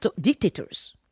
dictators